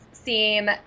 Seem